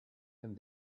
and